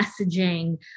messaging